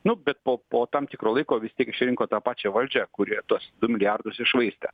nu bet po po tam tikro laiko vis tiek išrinko tą pačią valdžią kuri tuos du milijardus iššvaistė